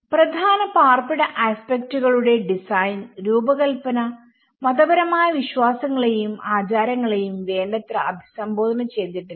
പ്രധാന പാർപ്പിട ആസ്പെക്ക്റ്റുകളുടെ ഡിസൈൻ രൂപകൽപ്പന മതപരമായ വിശ്വാസങ്ങളെയും ആചാരങ്ങളെയും വേണ്ടത്ര അഭിസംബോധന ചെയ്തിട്ടില്ല